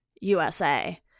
USA